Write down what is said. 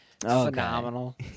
Phenomenal